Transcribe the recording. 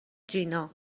جینا